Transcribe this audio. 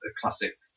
classic